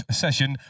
session